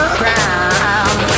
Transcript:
ground